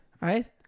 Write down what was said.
Right